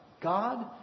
God